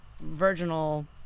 virginal